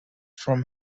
from